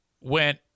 went